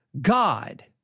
God